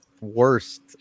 worst